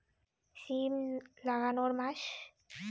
সিম লাগানোর মাস?